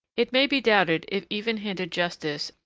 it may be doubted if even-handed justice,